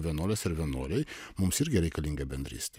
vienuolis ir vienuoliai mums irgi reikalinga bendrystė